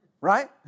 Right